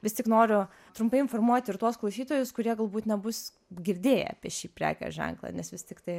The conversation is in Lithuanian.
vis tik noriu trumpai informuoti ir tuos klausytojus kurie galbūt nebus girdėję apie šį prekės ženklą nes vis tiktai